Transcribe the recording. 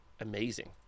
amazing